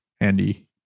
Andy